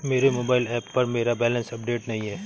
मेरे mobile app पर मेरा बैलेंस अपडेट नहीं है